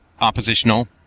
oppositional